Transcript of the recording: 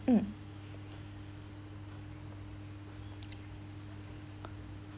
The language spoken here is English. mm